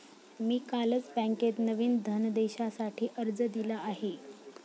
मी कालच बँकेत नवीन धनदेशासाठी अर्ज दिला आहे